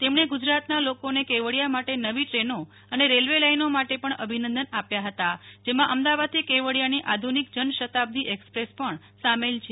તેમણે ગુજરાતના લોકોને કેવિડયા માટે નવી ટ્રેનો અને રેલવે લાઇનો માટે પણ અભિનંદન આપ્યાં હતાં જેમાં અમદાવાદથી કેવડિયાની આધુનિક જન શતાબ્દી એક્સપ્રેસ પણ સામેલ છે